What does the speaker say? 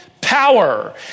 power